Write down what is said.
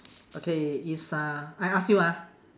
okay is uh I ask you ah